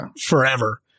forever